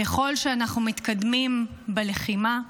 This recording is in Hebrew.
ככל שאנחנו מתקדמים בלחימה,